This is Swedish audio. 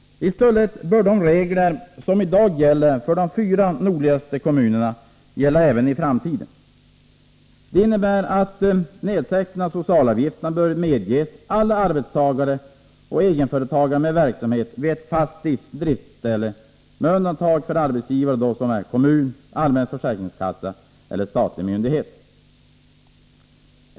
I stället bör de regler som i dag gäller för de fyra nordligaste kommunerna gälla även i framtiden. Det innebär att nedsättningen av socialavgifterna bör medges alla arbetsgivare och egenföretagare med verksamhet vid ett fast driftställe med undantag för arbetsgivare som är kommun, allmän försäkringskassa eller statlig myndighet.